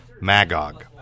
Magog